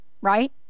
right